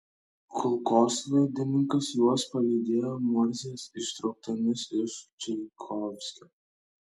kulkosvaidininkas juos palydėjo morzės ištraukomis iš čaikovskio